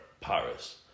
Paris